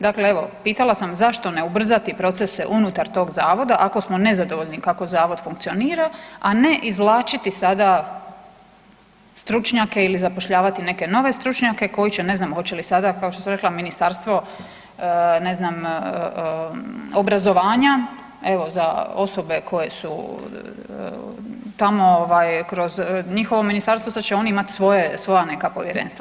Dakle evo pitala sam zašto ne ubrzati procese unutar toga Zavoda ako smo nezadovoljni kako Zavod funkcionira, a ne izvlačiti sada stručnjake ili zapošljavati neke nove stručnjake koji će ne znam hoće li sada kao što sam rekla Ministarstvo obrazovanja evo za osobe koje su tamo kroz njihovo ministarstvo sada će oni imati svoja neka povjerenstva.